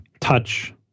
touch